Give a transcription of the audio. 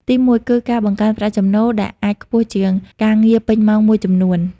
ទីមួយ គឺ ការបង្កើនប្រាក់ចំណូល ដែលអាចខ្ពស់ជាងការងារពេញម៉ោងមួយចំនួន។